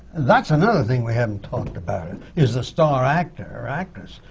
that's another thing we haven't talked about, is the star actor or actress,